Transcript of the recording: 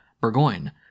Burgoyne